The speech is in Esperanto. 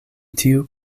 tiu